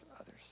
others